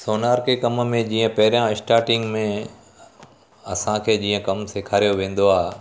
सोनार के कम में जीअं पहिरियां स्टार्टिंग में असांखे जीअं कमु सेखारियो वेंदो आहे